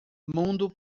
mundo